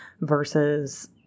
versus